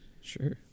Sure